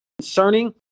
concerning